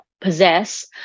possess